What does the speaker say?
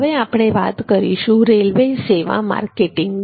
હવે આપણે વાત કરીશું રેલવે સેવા માર્કેટિંગની